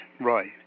right